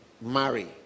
marry